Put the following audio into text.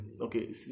Okay